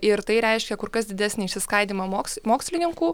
ir tai reiškia kur kas didesnį išsiskaidymą moks mokslininkų